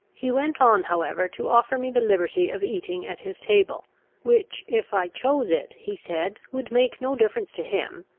he went on however to offer me the liberty of eating at his table which, if i chose it, he said, would make no difference to him,